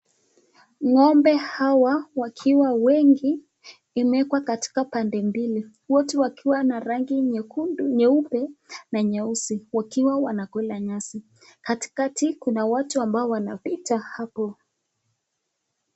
Ng'ombe hawa wakiwa wengi imewekwa katika pande mbili wote wakiwa na rangi nyekundu nyeupe na nyeusi wakiwa wanakila nyasi. Katikati kuna watu ambao wanapita hapo.